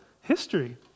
history